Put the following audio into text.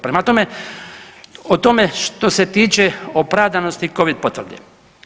Prema tome, o tome što se tiče opravdanosti Covid potvrde.